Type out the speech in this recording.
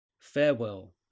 Farewell